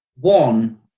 One